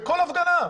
בכל הפגנה.